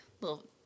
little